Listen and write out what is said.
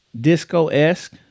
disco-esque